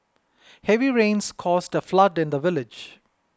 heavy rains caused a flood in the village